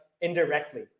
indirectly